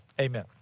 amen